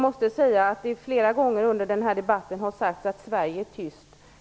Det har flera gånger under den här debatten sagts att Sverige är tyst.